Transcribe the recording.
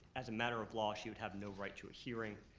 as a matter of law, she would have no right to a hearing.